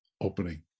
opening